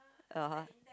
(uh huh)